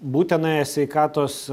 būtinąją sveikatos